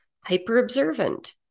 hyper-observant